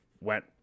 went